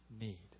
need